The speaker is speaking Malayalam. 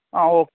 ആ ഓ